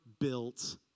built